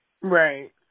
Right